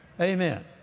Amen